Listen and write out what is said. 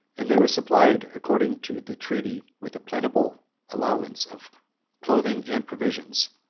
and they were supplied, according to the treaty, with a plentiful allowance of clothing and provisions.